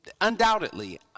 undoubtedly